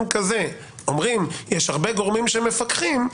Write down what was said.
כזה אומרים: יש הרבה גורמים שמפקחים,